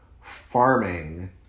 farming